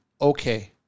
okay